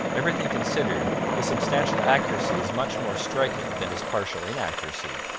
everything considered, his substantial accuracy is much more striking than his partial inaccuracy.